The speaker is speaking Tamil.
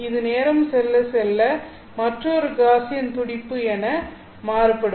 இது நேரம் செல்ல செல்ல மற்றொரு காஸியன் துடிப்பு என மாறுபடும்